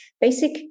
basic